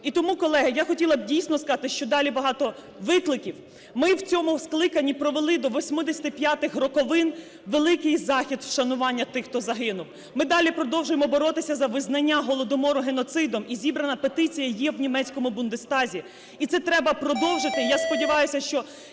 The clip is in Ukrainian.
І тому колеги, я хотіла б, дійсно, сказати, що далі багато викликів. Ми в цьому скликанні провели до 85 роковин великий захід вшанування тих, хто загинув. Ми далі продовжуємо боротися за визнання Голодомору геноцидом, і зібрана петиція є в німецькому Бундестазі. І це треба продовжувати. Я сподіваюсь, що